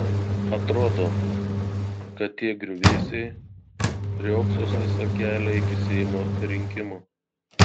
atrodo kad tie griuvėsiai riogsos visą kelią iki seimo rinkimų